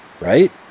Right